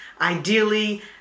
ideally